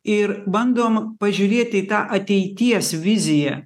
ir bandom pažiūrėti į tą ateities viziją